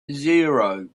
zero